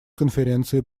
конференции